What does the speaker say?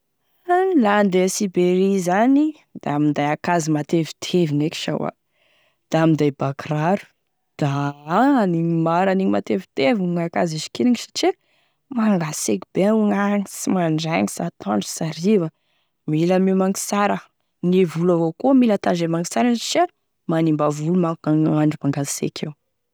La handeha a Sibéria zany da minday ankazo matevitevigny eky sa hoa, da minday ba kiraro da na anigny maro anigny matevitevigny gn'ankazo hisikinagny satria mangaseky bé amignagny, sy mandraigny, sy antoandro sy hariva, mila miomagny sara, gne volo avao koa mila tandremagny sara, satria manimba volo manko gn'andro mangaseky io.